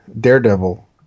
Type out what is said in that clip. Daredevil